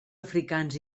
africans